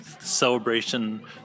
celebration